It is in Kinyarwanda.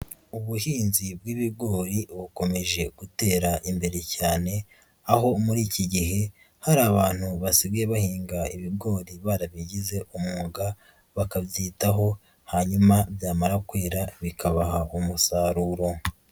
Ubuhinzi bw'ibigori bukomeje gutera imbere cyane, aho muri iki gihe hari abantu basigaye bahinga ibigori barabigize umwuga, bakabyitaho hanyuma byamara kwera bikabaha umusaruro.